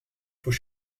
faut